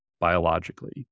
biologically